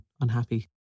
unhappy